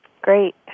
Great